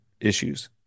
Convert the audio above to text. issues